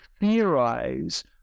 theorize